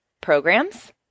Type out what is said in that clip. programs